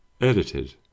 edited